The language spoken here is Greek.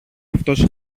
αυτός